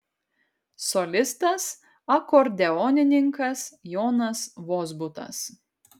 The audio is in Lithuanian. solistas akordeonininkas jonas vozbutas